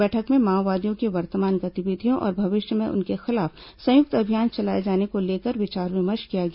बैठक में माओवादियों की वर्तमान गतिविधियों और भविष्य में उनके खिलाफ संयुक्त अभियान चलाए जाने को लेकर विचार विमर्श किया गया